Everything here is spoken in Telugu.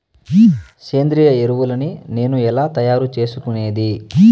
సేంద్రియ ఎరువులని నేను ఎలా తయారు చేసుకునేది?